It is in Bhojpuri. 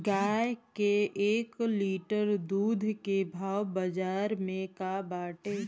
गाय के एक लीटर दूध के भाव बाजार में का बाटे?